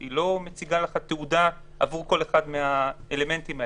היא לא מציגה תעודה עבור כל אחד מהאלמנטים,